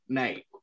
night